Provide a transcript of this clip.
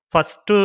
First